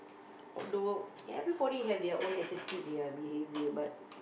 although everybody have their own attitude their behavior but